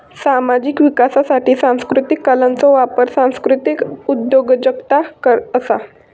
सामाजिक विकासासाठी सांस्कृतीक कलांचो वापर सांस्कृतीक उद्योजगता असा